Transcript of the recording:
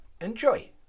enjoy